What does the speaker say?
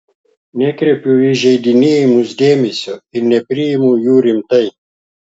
nekreipiu į įžeidinėjimus dėmesio ir nepriimu jų rimtai